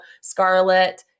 Scarlet